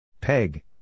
Peg